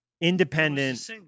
independent